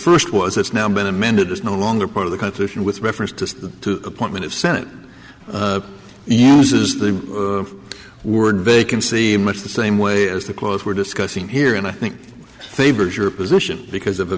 first was it's now been amended is no longer part of the constitution with reference to the appointment of senate yes's the word vacancy in much the same way as the quote we're discussing here and i think favors your position because of a